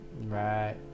right